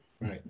Right